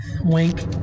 Wink